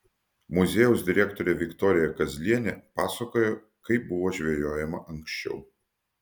muziejaus direktorė viktorija kazlienė pasakoja kaip buvo žvejojama anksčiau